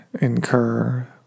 incur